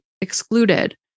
excluded